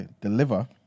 deliver